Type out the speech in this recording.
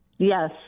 Yes